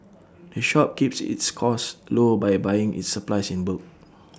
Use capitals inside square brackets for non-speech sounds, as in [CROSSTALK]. [NOISE] the shop keeps its costs low by buying its supplies in bulk